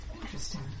Interesting